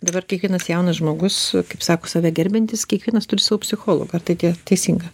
dabar kiekvienas jaunas žmogus kaip sako save gerbiantis kiekvienas turi savo psichologą ar tai tie teisinga